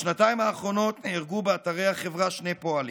בשנתיים האחרונות נהרגו באתרי החברה שני פועלים.